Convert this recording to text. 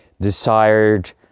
desired